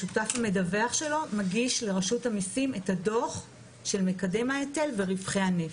השותף המדווח שלו מגיש לרשות המיסים את הדוח של מקדם ההיטל ורווחי הנפט.